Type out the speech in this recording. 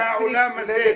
יהירות שלא מהעולם הזה.